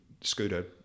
Scooter